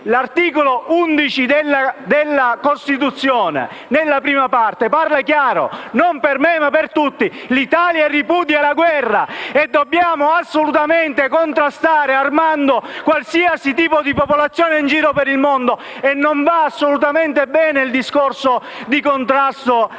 L'articolo 11 della Costituzione è chiaro, non per me, ma per tutti: «L'Italia ripudia la guerra», e dobbiamo assolutamente evitare di armare qualsiasi tipo di popolazione in giro per il mondo. Non va assolutamente bene il discorso di contrasto a